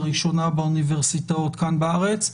הראשונה באוניברסיטאות כאן בארץ,